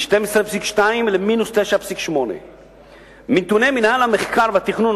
מ-12.2% למינוס 9.8%. מנתוני מינהל המחקר והתכנון